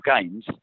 Games